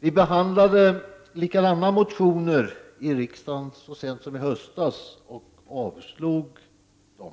Vi behandlade likartade motioner i riksdagen så sent som i höstas och avslog dem då.